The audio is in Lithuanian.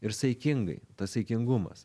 ir saikingai tas saikingumas